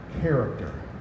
character